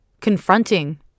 confronting